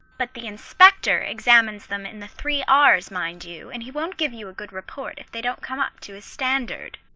but the inspector examines them in the three r's, mind you, and he won't give you a good report if they don't come up to his standard,